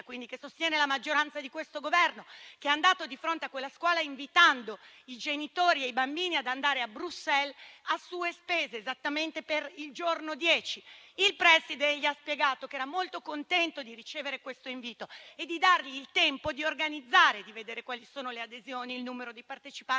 quindi sostiene la maggioranza di questo Governo - è andato di fronte a quella scuola ad invitare genitori e bambini ad andare a Bruxelles a sue spese esattamente il giorno 10 aprile. Il preside gli ha spiegato che era molto contento di ricevere questo invito e gli ha chiesto di dargli il tempo di organizzarsi, per vedere quante fossero le adesioni e quale il numero di partecipanti